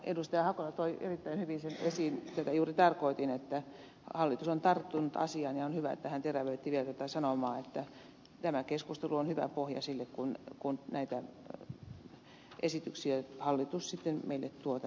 hakola toi erittäin hyvin sen esiin mitä juuri tarkoitin että hallitus on tarttunut asiaan ja on hyvä että hän terävöitti vielä tätä sanomaa että tämä keskustelu on hyvä pohja sille kun näitä esityksiä hallitus sitten tuo meille tänne käsiteltäväksi